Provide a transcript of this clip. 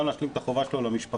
גם להשלים את החובה שלו למשפחה.